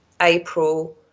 April